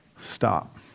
stop